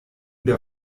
der